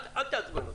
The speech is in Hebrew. אל תעצבן אותי.